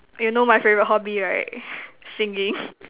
you know my favourite hobby right singing